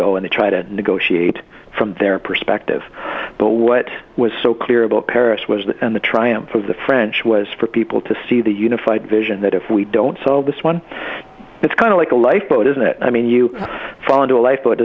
and try to negotiate from their perspective but what was so clear about paris was that the triumph of the french was for people to see the unified vision that if we don't solve this one it's kind of like a lifeboat isn't it i mean you fall into a life